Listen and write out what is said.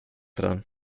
dran